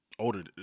Older